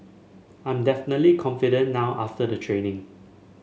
I'm definitely confident now after the training